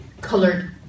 colored